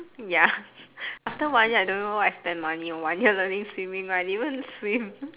ya after one year I don't even know what I'm spending money one I'm learning swimming right but I didn't even swim